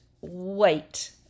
wait